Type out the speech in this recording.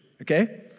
Okay